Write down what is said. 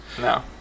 No